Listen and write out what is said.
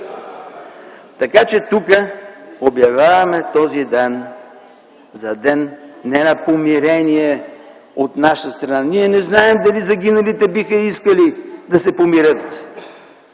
така че тук обявяваме този ден за ден не на помирение от наша страна. Ние не знаем дали загиналите биха искали да се помирят.